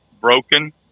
broken